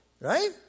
right